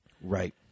Right